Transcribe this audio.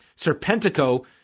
Serpentico